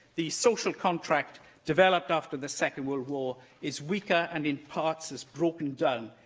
the social contract developed after the second world war is weaker and, in parts, has broken down.